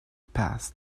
passed